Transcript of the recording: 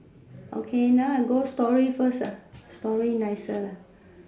okay now I go story first ah story nicer lah